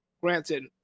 granted